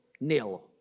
Nil